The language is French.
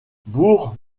bourg